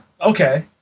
okay